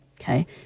Okay